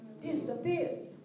disappears